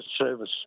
service